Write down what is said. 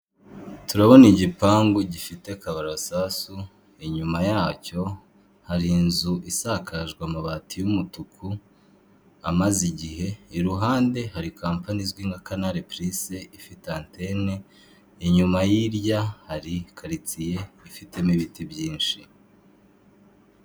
Utu ni utuzu tw'abajenti ba emutiyeni ndetse dukikijwe n'ibyapa bya eyeteri na bakiriya babagannye bari kubaha serivise zitandukanye.